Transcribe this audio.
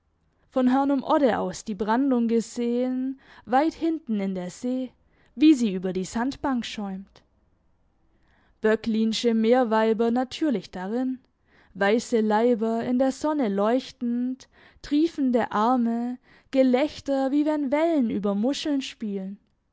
von hörnum odde aus die brandung gesehen weit hinten in der see wie sie über die sandbank schäumt böcklinsche meerweiber natürlich darin weisse leiber in der sonne leuchtend triefende arme gelächter wie wenn wellen über muscheln spielen